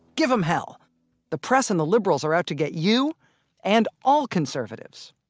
give them hell the press and the liberals are out to get you and all conservatives.